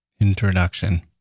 Introduction